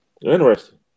Interesting